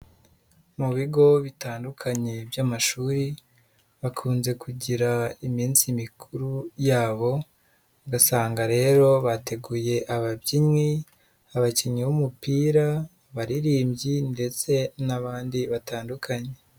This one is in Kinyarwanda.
Mu bigo bitandukanye by'amashuri bakunze kugira iminsi mikuru yabo, ugasanga rero bateguye ababyinnyi, abakinnyi b'umupira, abaririmbyi ndetse n'abandi batandukanye.